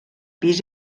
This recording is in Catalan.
pis